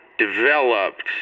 developed